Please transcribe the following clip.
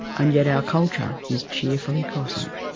and yet our culture is cheerfully crossing it.